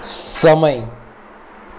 સમય